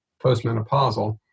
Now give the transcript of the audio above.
postmenopausal